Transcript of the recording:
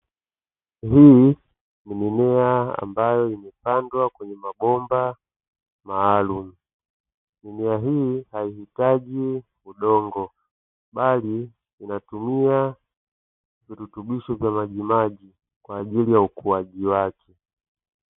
Mlini ni mimea ambayo imepandwa kwenye mabomba maalumu. Mimea hii haihitaji udongo, bali inatumia virutubisho vya majimaji kwa ajili ya ukuaji wake.